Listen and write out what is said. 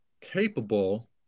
capable